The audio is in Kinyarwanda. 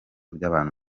by’abantu